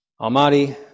Almighty